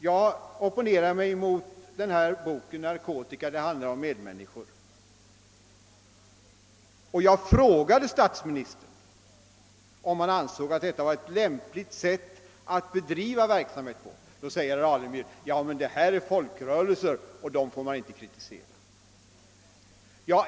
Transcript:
Jag opponerade mig mot boken »Narkotika — det handlar om medmänniskor» och frågade statsministern, om han ansåg att detta var ett lämpligt sätt att bedriva verksamheten. Nu säger herr Alemyr att det är en folkrörelse som står bakom boken, och en sådan rörelse får man inte kritisera.